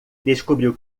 descobriu